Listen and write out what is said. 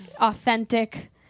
authentic